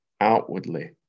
outwardly